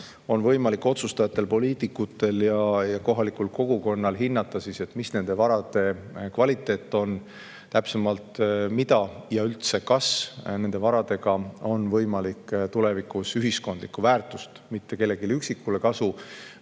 on võimalik otsustajatel, poliitikutel ja kohalikul kogukonnal hinnata, mis on nende varade kvaliteet, täpsemalt, kas üldse nende varadega on võimalik tulevikus ühiskondlikku väärtust – mitte kellelegi üksikule kasu,